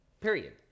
Period